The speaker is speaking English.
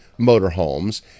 motorhomes